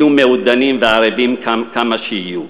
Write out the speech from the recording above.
יהיו מעודנים וערבים כמה שיהיו,